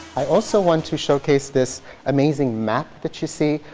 i also want to showcase this amazing map that you see.